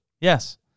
Yes